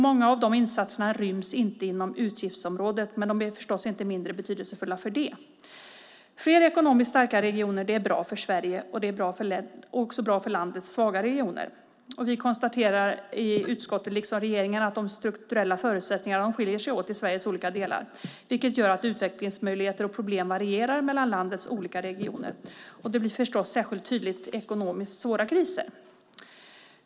Många av de insatserna ryms inte inom utgiftsområdet, men de är inte mindre betydelsefulla för det. Fler ekonomiskt starka regioner är bra för Sverige och för landets svagare regioner. Liksom regeringen konstaterar vi i utskottet att de strukturella förutsättningarna skiljer sig åt i Sveriges olika delar, vilket gör att utvecklingsmöjligheter och problem varierar mellan landets regioner. Det blir naturligtvis särskilt tydligt i svåra ekonomiska kriser.